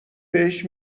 بهش